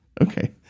Okay